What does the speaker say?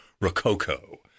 rococo